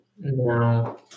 No